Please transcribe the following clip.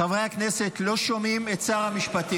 חברי הכנסת, לא שומעים את שר המשפטים.